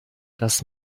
das